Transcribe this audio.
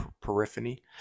periphery